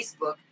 Facebook